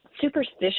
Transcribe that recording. superstitious